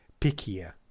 pickier